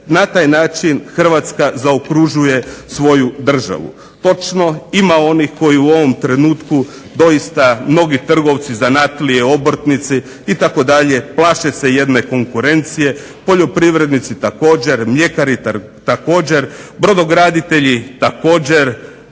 na taj način hrvatska zaokružuje svoju državu. Točno, ima onih koji u ovom trenutku doista mnogi trgovci, zanatlije, obrtnici itd. plaše se jedne konkurencije, poljoprivrednici također, mljekari također, brodograditelji također,